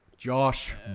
Josh